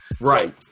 right